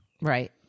Right